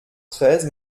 treize